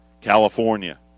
California